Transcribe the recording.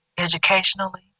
educationally